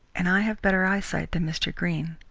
and i have better eyesight than mr. greene.